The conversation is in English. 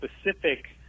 specific